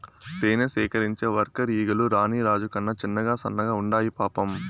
తేనె సేకరించే వర్కర్ ఈగలు రాణి రాజు కన్నా చిన్నగా సన్నగా ఉండాయి పాపం